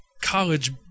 College